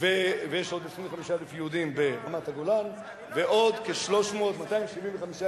ויש עוד 25,000 יהודים ברמת-הגולן ועוד כ-275,000,